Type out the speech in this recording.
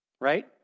Right